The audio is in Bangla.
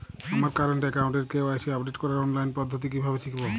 আমার কারেন্ট অ্যাকাউন্টের কে.ওয়াই.সি আপডেট করার অনলাইন পদ্ধতি কীভাবে শিখব?